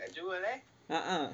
a'ah